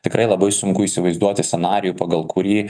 tikrai labai sunku įsivaizduoti scenarijų pagal kurį